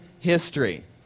history